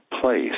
place